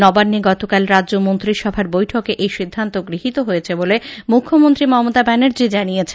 নবান্নে গতকাল রাজ্য মন্ত্রিসভার বৈঠকে এই সিদ্ধান্ত গৃহীত হয়েছে বলে মুখ্যমন্ত্রী মমতা ব্যানার্জি জানিয়েছেন